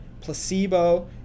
placebo